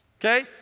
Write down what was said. Okay